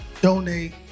donate